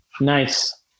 Nice